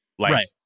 Right